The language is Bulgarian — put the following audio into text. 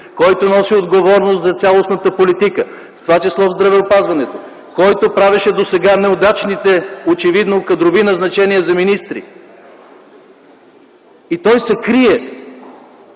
който носи отговорност за цялостната политика, в това число в здравеопазването, който правеше досега очевидно неудачните кадрови назначения на министри. И той се крие,